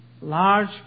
Large